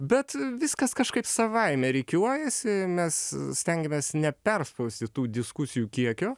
bet viskas kažkaip savaime rikiuojasi mes stengiamės neperspausti tų diskusijų kiekio